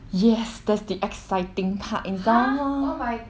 yes that's the exciting part in that lor